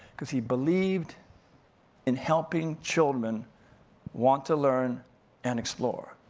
cause he believed in helping children want to learn and explore.